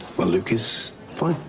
well, luke is fine,